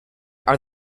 are